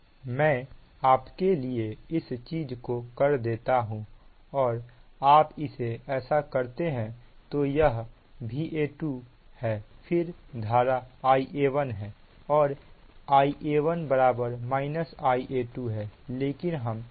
मैं आपके लिए इस चीज को कर देता हूं और आप इसे ऐसा करते हैं तो यह Va2 है फिर धारा Ia1 है और Ia1 Ia2 है लेकिन हम केवल Ia1 पर ध्यान देंगे